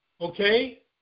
okay